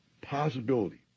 possibility